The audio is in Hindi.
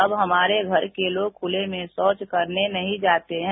अब हमारे घर के लोग खुले में शौच करने नहीं जाते हैं